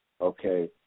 Okay